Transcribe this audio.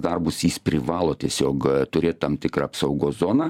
darbus jis privalo tiesiog turėt tam tikrą apsaugos zoną